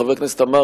חבר הכנסת עמאר,